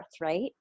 right